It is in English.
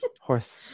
Horse